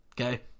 Okay